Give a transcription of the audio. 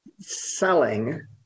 selling